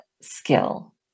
skill